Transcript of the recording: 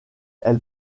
elle